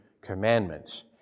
commandments